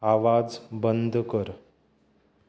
आवाज बंद कर